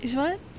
is what